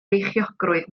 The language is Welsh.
beichiogrwydd